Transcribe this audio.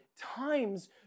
times